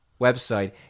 website